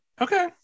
Okay